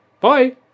Bye